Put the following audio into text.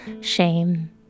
shame